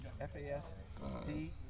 F-A-S-T